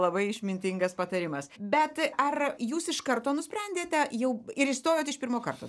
labai išmintingas patarimas bet ar jūs iš karto nusprendėte jau ir įstojot iš pirmo karto